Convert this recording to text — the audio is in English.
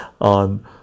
on